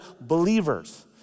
believers